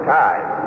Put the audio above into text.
time